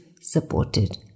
supported